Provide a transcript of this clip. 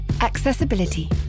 Accessibility